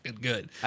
good